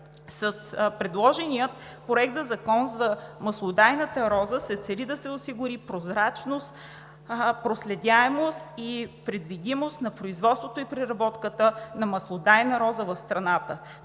С предложения Проект на Закон за маслодайната роза се цели да се осигури прозрачност, проследяемост и предвидимост на производството и преработката на маслодайна роза в страната.